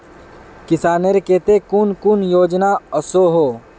किसानेर केते कुन कुन योजना ओसोहो?